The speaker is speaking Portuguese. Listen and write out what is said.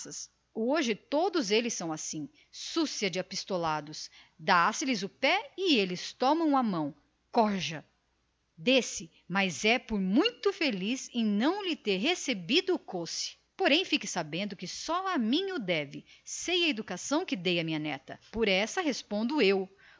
hoje todos eles são assim súcia de apistolados dá se lhes o pé e tomam a mão corja julgue se mas é muito feliz em não lhe ter recebido o coice porém fique você sabendo que só a mim o deve sei a educação que dei a minha neta por esta respondo eu